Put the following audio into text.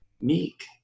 meek